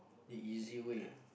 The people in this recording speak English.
easy way